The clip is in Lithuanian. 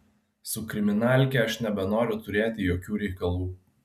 su kriminalke aš nebenoriu turėti jokių reikalų